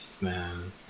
Man